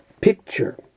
picture